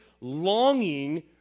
longing